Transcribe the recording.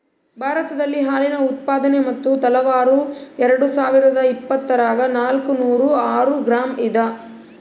ಭಾರತದಲ್ಲಿ ಹಾಲಿನ ಉತ್ಪಾದನೆ ಮತ್ತು ತಲಾವಾರು ಎರೆಡುಸಾವಿರಾದ ಇಪ್ಪತ್ತರಾಗ ನಾಲ್ಕುನೂರ ಆರು ಗ್ರಾಂ ಇದ